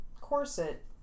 corset